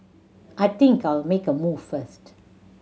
I think I'll make a move first